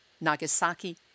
Nagasaki